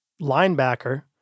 linebacker